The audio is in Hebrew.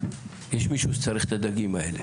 יש מישהו שצריך את הדגים האלה.